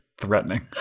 threatening